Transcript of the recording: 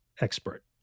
expert